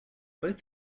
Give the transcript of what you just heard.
both